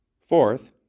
Fourth